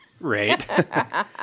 right